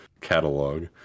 catalog